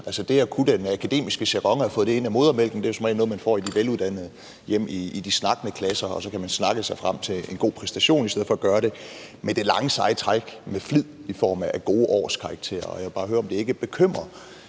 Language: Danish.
Altså, det at kunne den akademiske jargon og at have fået den ind med modermælken er som regel noget, man får i de veluddannede hjem, i de snakkende klasser, og så kan man snakke sig frem til en god præstation i stedet for at gøre det med det lange seje træk, med flid og i form af gode årskarakterer. Jeg vil bare høre, om det ikke bekymrer